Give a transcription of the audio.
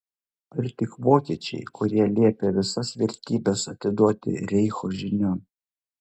ar tik vokiečiai kurie liepė visas vertybes atiduoti reicho žinion